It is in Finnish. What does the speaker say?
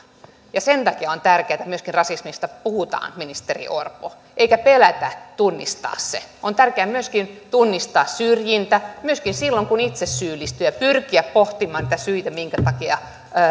sen takia on tärkeätä että rasismista myöskin puhutaan ministeri orpo eikä pelätä tunnistaa se on tärkeää myöskin tunnistaa syrjintä myöskin silloin kun itse syyllistyy ja pyrkiä pohtimaan niitä syitä minkä takia